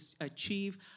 achieve